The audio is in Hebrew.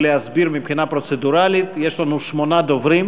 רק להסביר מבחינה פרוצדורלית, יש לנו שמונה דוברים